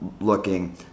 looking